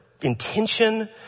intention